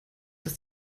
dass